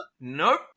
Nope